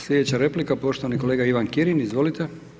Slijedeća replika, poštovani kolega Ivan Kirin, izvolite.